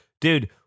Dude